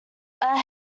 are